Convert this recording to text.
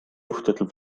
juhtudel